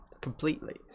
completely